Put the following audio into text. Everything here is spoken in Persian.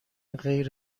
غیر